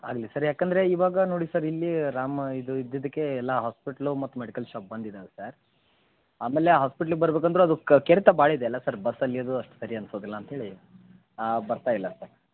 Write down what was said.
ಆಗಲಿ ಸರ್ ಯಾಕೆಂದ್ರೆ ಇವಾಗ ನೋಡಿ ಸರ್ ಇಲ್ಲಿ ರಾಮ ಇದು ಇದ್ದಿದ್ದಕ್ಕೆ ಎಲ್ಲ ಹಾಸ್ಪಿಟ್ಲು ಮೆಡಿಕಲ್ ಶೋಪ್ ಬಂದಿದವೆ ಸರ್ ಆಮೇಲೆ ಹಾಸ್ಪಿಟ್ಲಿಗೆ ಬರ್ಬೇಕಂದ್ರೆ ಅದು ಕೆರೆತ ಭಾಳ ಇದೆಯಲ್ಲ ಸರ್ ಬಸ್ಸಲ್ಲಿ ಅದು ಅಷ್ಟು ಸರಿ ಅನಿಸೋದಿಲ್ಲ ಅಂತೇಳಿ ಬರ್ತಾ ಇಲ್ಲ ಸರ್